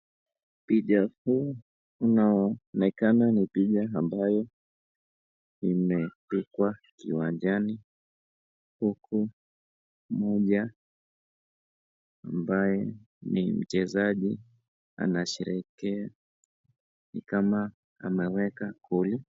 Picha hii inaonekana ni picha ambayo imepigwa uwanjani uku mmoja ambaye ni mchezaji anasherehekea ni kama ameweka goli.